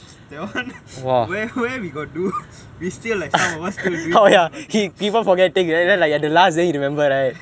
that [one] where where we got do we still like some of us still doing ya ya